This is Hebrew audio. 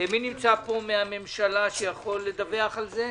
מי נמצא פה מהממשלה שיכול לדווח על זה?